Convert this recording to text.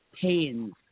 pains